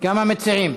גם המציעים.